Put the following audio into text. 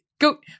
Go